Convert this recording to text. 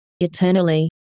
eternally